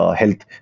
health